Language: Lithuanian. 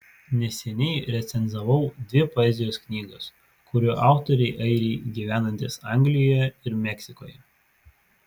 neseniai recenzavau dvi poezijos knygas kurių autoriai airiai gyvenantys anglijoje ir meksikoje